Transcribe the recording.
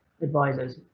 advisors